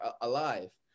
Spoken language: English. alive